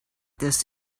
this